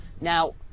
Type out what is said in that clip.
Now